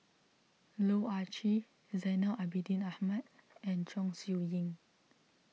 Loh Ah Chee Zainal Abidin Ahmad and Chong Siew Ying